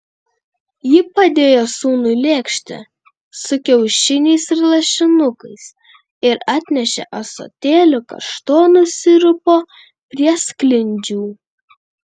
ji padėjo sūnui lėkštę su kiaušiniais ir lašinukais ir atnešė ąsotėlį kaštonų sirupo prie sklindžių